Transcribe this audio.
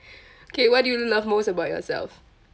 K what do you love most about yourself